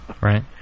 right